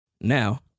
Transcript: now